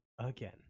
again